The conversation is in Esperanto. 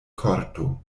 korto